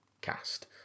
cast